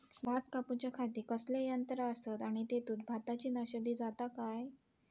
भात कापूच्या खाती कसले यांत्रा आसत आणि तेतुत भाताची नाशादी जाता काय?